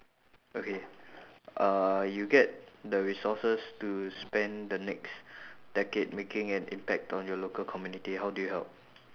okay uh you get the resources to spend the next decade making an impact on your local community how do you help